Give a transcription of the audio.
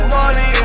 Money